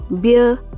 beer